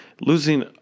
losing